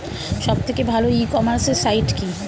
সব থেকে ভালো ই কমার্সে সাইট কী?